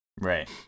Right